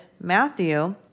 Matthew